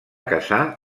casar